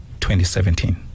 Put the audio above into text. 2017